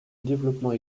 développement